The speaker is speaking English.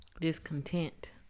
Discontent